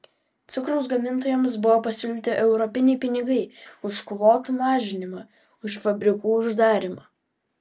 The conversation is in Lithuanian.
cukraus gamintojams buvo pasiūlyti europiniai pinigai už kvotų mažinimą už fabrikų uždarymą